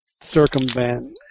circumvent